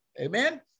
Amen